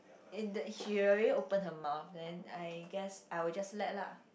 and the she already open her mouth then I guess I will just let lah